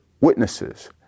witnesses